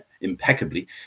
impeccably